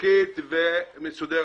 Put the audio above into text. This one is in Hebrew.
-- חוקית ומסודרת.